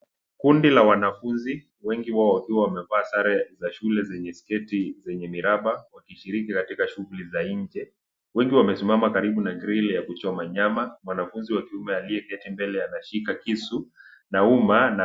Kundi la wanafunzi, wengi wao wakiwa wamevaa sare za shule zenye sketi zenye miraba, wakishiriki katika shughuli za nje. Wengi wamesimama karibu na grill ya kuchoma nyama. Mwanafunzi wa kiume aliyeketi mbele anashika kisualionekana akishika kisu na uma na.